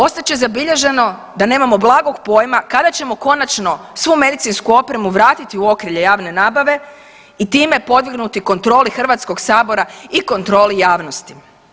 Ostat će zabilježno da nemamo blagog pojima kada ćemo konačno svu medicinsku opremu vratiti u okrilje javne nabave i time podignuti kontroli Hrvatskog sabora i kontroli javnosti.